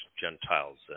Gentiles